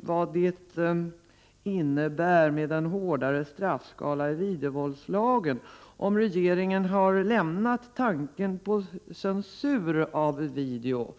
vad en hårdare straffskala i videovåldslagen innebär — om regeringen har lämnat tanken på censur av video.